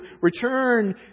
return